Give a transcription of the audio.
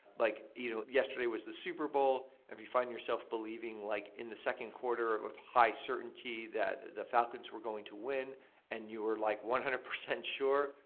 like you know yesterday was the super bowl, and if you find yourself believing like in the second quarter, with a high certainty, that the falcons were going to win and you were like one hundred percent sure,